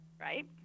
Right